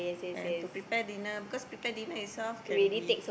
and to prepare dinner because prepare dinner itself can be